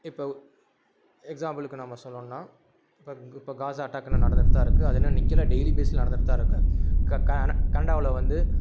இப்போ எக்ஸாம்பிளுக்கு நாம் சொல்லணுன்னால் இப்போ இப்போ காஸா அட்டாக் இன்னும் நடந்துகிட்டு தான் இருக்குது அது இன்னும் நிற்கல டெய்லி பேஸில் நடந்துகிட்டு தான் இருக்குது க க ஆனால் கனடாவில் வந்து